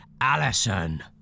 Alison